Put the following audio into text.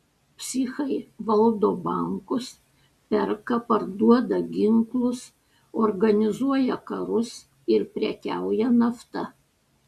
psichai valdo bankus perka parduoda ginklus organizuoja karus ir prekiauja nafta